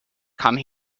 come